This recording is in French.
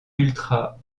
ultra